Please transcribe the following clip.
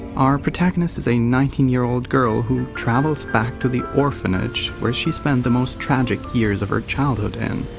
our protagonist is a nineteen year old girl who travels back to the orphanage where she spent the most tragic years of her childhood in.